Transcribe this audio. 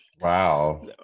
Wow